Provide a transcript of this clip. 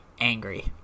angry